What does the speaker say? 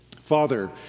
Father